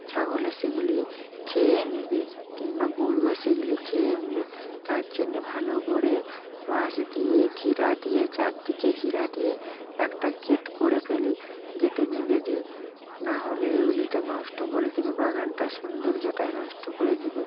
ছাগলে সেগুলি খেয়ে নেবে কিংবা গরুরে সেগুলি খেয়ে নেবে তার জন্যে ভালো করে বাঁশ দিয়ে ঘেরা দিয়ে চার দিকে ঘেরা দিয়ে একটা গেট করে ফেলি গেটে বেঁধে দিই না হলে ওগুলি তো নষ্ট করে দেবে বাগানটা সৌন্দর্যটাই নষ্ট করে দেবে